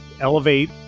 elevate